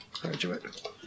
graduate